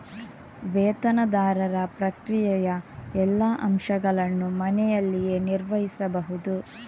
ವೇತನದಾರರ ಪ್ರಕ್ರಿಯೆಯ ಎಲ್ಲಾ ಅಂಶಗಳನ್ನು ಮನೆಯಲ್ಲಿಯೇ ನಿರ್ವಹಿಸಬಹುದು